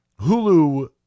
Hulu